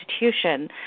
institution